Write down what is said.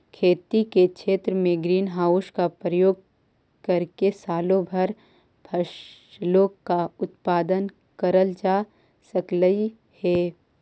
खेती के क्षेत्र में ग्रीन हाउस का प्रयोग करके सालों भर फसलों का उत्पादन करल जा सकलई हे